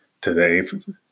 today